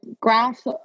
graph